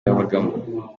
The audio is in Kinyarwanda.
yabagamo